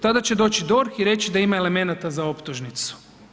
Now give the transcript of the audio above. Tada će doći DORH i reći da ima elemenata za optužnicu.